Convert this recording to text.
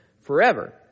forever